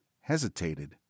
hesitated